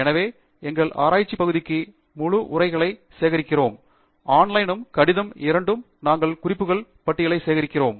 எனவே எங்கள் ஆராய்ச்சி பகுதிக்கு முழு உரைகளையும் சேகரிக்கிறோம் ஆன்லைனும் கடிதமும் இரண்டும் நாங்கள் குறிப்புகள் பட்டியலை சேகரிப்போம்